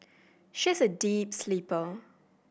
she is a deep sleeper